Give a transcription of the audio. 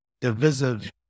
divisive